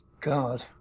God